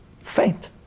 faint